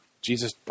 Jesus